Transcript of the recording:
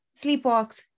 sleepwalks